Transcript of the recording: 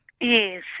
Yes